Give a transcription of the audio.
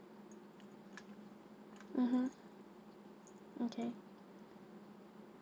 mmhmm okay